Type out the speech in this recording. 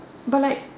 but like